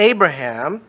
Abraham